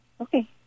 Okay